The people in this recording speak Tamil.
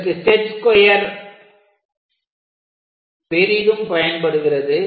இதற்கு செட் ஸ்கொயர் பெரிதும் பயன்படுகிறது